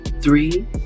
three